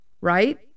right